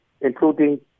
including